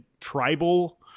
tribal